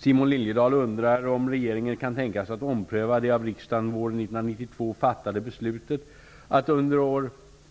Simon Liliedahl undrar om regeringen kan tänka sig att ompröva det av riksdagen våren 1992 fattade beslutet att